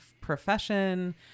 profession